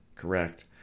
Correct